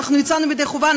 אנחנו יצאנו ידי חובה,